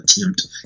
attempt